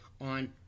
on